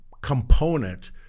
component